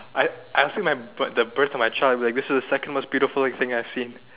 I I say my the birth of my child like this is the second most beautiful thing I've seen